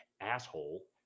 asshole